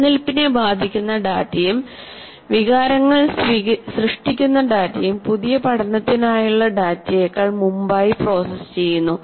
നിലനിൽപ്പിനെ ബാധിക്കുന്ന ഡാറ്റയും വികാരങ്ങൾ സൃഷ്ടിക്കുന്ന ഡാറ്റയും പുതിയ പഠനത്തിനായുള്ള ഡാറ്റയെക്കാൾ മുമ്പായി പ്രോസസ്സ് ചെയ്യുന്നു